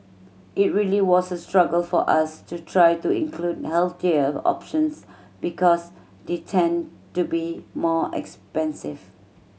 it really was a struggle for us to try to include healthier options because they tend to be more expensive